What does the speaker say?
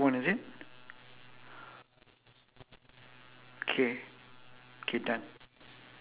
one two three four five six seven eight nine ten eleven tw~ eh a lot ah